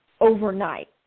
overnight